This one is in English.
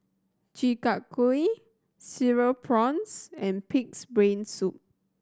Chi Kak Kuih Cereal Prawns and Pig's Brain Soup